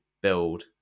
build